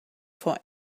for